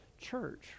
church